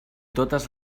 totes